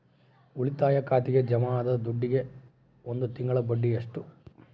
ಉಳಿತಾಯ ಖಾತೆಗೆ ಜಮಾ ಆದ ದುಡ್ಡಿಗೆ ಒಂದು ತಿಂಗಳ ಬಡ್ಡಿ ಎಷ್ಟು?